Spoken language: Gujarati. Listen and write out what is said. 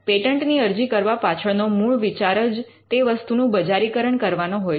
પેટન્ટની અરજી કરવા પાછળનો મૂળ વિચાર જ તે વસ્તુનું બજારીકરણ કરવાનો હોય છે